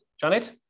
Janet